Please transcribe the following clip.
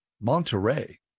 Monterey